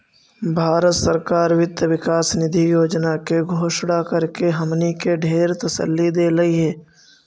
भारत सरकार वित्त विकास निधि योजना के घोषणा करके हमनी के ढेर तसल्ली देलई हे